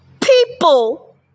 people